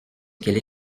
qu’elle